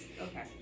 Okay